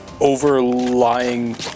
overlying